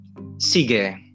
Sige